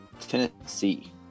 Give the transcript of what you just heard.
Tennessee